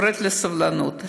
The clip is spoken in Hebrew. קוראת לסובלנות,